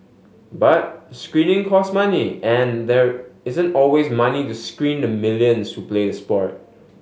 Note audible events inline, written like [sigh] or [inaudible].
but screening costs money and there isn't always money to screen the millions [unintelligible] play sport